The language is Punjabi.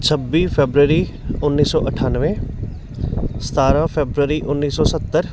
ਛੱਬੀ ਫੈਬਰੇਰੀ ਉੱਨੀ ਸੌ ਅਠਾਨਵੇਂ ਸਤਾਰਾਂ ਫੈਬਰੇਰੀ ਉੱਨੀ ਸੌ ਸੱਤਰ